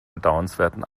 bedauernswerten